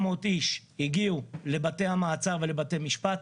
איש הגיעו לבתי המעצר ולבתי משפט,